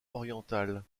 orientales